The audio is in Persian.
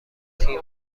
تیم